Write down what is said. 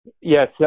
Yes